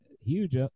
huge